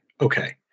Okay